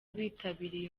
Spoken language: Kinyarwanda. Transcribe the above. bitabiriye